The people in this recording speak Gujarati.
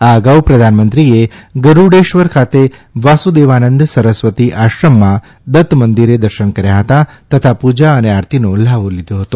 આ અગાઉ પ્રધાનમંત્રીએ ગરૂડેશ્વર ખાતે વાસુદેવાનંદ સરસ્વતી આશ્રમમાંદત્તમંદિરે દર્શન કર્યા હતા તથા પૂજા અને આરતીનો લ્હાવો લીઘો હતો